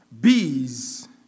Bees